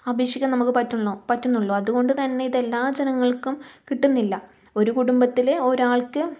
അപേക്ഷിക്കാൻ നമുക്ക് പറ്റുള്ളൂ പറ്റുന്നുള്ളൂ അതുകൊണ്ടുതന്നെ ഇത് എല്ലാ ജനങ്ങൾക്കും കിട്ടുന്നില്ല ഒരു കുടുംബത്തിലെ ഒരാൾക്ക്